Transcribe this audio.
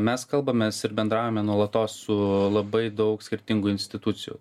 mes kalbamės ir bendraujame nuolatos su labai daug skirtingų institucijų